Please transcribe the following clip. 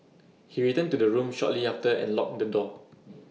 he returned to the room shortly after and locked the door